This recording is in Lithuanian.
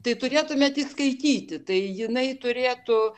tai turėtumėt įskaityti tai jinai turėtų